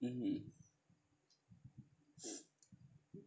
mm